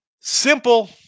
simple